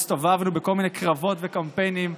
הסתובבנו בכל מיני קרבות וקמפיינים.